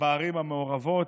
בערים המעורבות,